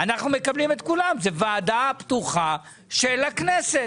אנחנו מקבלים את כולם, אנחנו ועדה פתוחה של הכנסת.